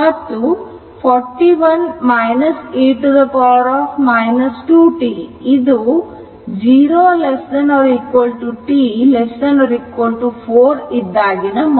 ಮತ್ತು 4 1 e 2 t ಇದು 0t4 ಇದ್ದಾಗಿನ ಮೌಲ್ಯ